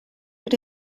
but